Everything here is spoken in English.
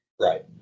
Right